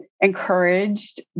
encouraged